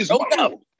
No